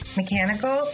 mechanical